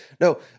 No